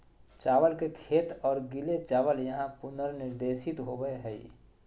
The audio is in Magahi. चावल के खेत और गीले चावल यहां पुनर्निर्देशित होबैय हइ